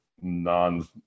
non